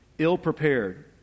ill-prepared